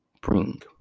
bring